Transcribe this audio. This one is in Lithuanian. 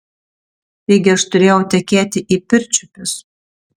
taigi aš turėjau tekėti į pirčiupius